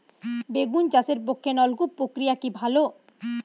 বেগুন চাষের পক্ষে নলকূপ প্রক্রিয়া কি ভালো?